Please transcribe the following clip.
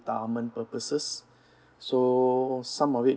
government purposes so some of it